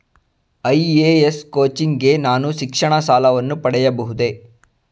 IAS coaching ಗೆ ನಾನು ಶಿಕ್ಷಣ ಸಾಲವನ್ನು ಪಡೆಯಬಹುದೇ?